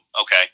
Okay